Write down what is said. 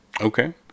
Okay